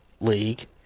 league